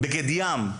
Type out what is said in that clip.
בגד ים,